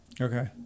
Okay